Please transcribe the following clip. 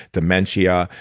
dementia,